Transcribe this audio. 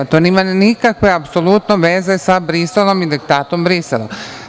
To nema nikakve apsolutno veze sa Briselom i diktatom Brisela.